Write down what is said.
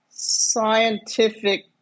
scientific